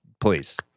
please